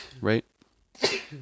right